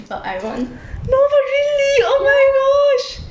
ya